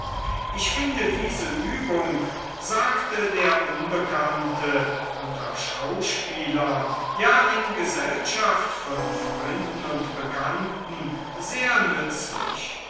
ich finde diese übung sagte der unbekannte unter schauspielern ja in gesellschaft von freunden und bekannten sehr nützlich